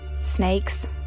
snakes